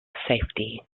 safety